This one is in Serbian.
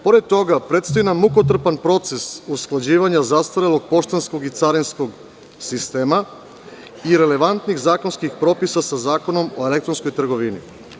Pored toga, predstoji nam mukotrpan proces usklađivanja zastarelog poštanskog i carinskog sistema i relevantnih zakonskih propisa sa Zakonom o elektronskoj trgovini.